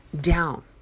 down